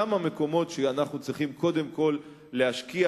שם המקומות שאנחנו צריכים קודם כול להשקיע.